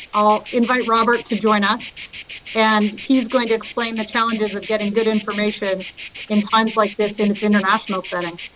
i'll invite robert to join us and he's going to explain the challenges of getting good information in times like this in its international setting.